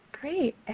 great